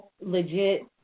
legit